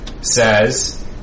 says